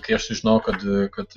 kai aš sužinojau kad kad